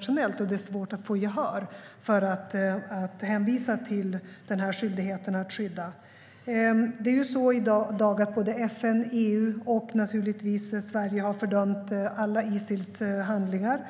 säga, och det är svårt att få gehör för att hänvisa till denna skyldighet att skydda. Det är ju så i dag att såväl FN och EU som naturligtvis Sverige har fördömt alla Isils handlingar.